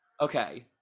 Okay